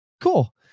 cool